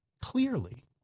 Clearly